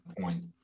point